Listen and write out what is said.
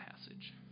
passage